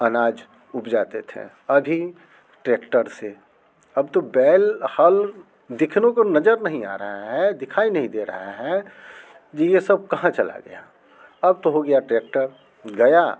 अनाज उपजाते थें अभी ट्रैक्टर से अब तो बैल हल दिखने को नज़र नहीं आ रहा है दिखाई नहीं दे रहा है ये ये सब कहाँ चला गया अब तो हो गया ट्रैक्टर गया